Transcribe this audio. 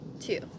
Two